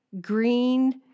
green